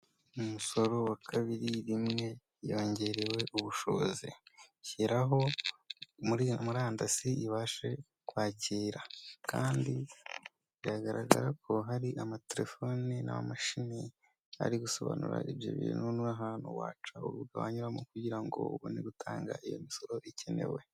Umusoro wa kabiri rimwe yongerewe ubushobozi, shyiraho muri murandasi ibashe kwakira kandi biragaragara ko hari amatelefoni n' amamashini ari gusobanura ibyo bintu n'ahantu wacaga wanyuramo kugira ngo ubone gutanga iyo misoro ikenewe.